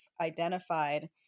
identified